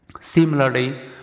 Similarly